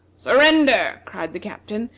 surrender! cried the captain,